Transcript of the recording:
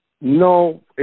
No